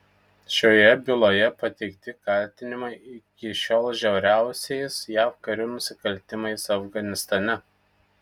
šioje byloje pateikti kaltinimai iki šiol žiauriausiais jav karių nusikaltimais afganistane